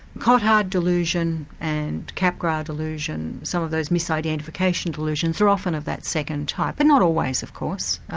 cotard delusion and capgras delusion some of those misidentification delusions are often of that second type but not always of course.